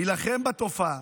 יילחם בתופעה